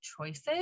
choices